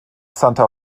santa